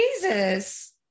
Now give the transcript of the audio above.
Jesus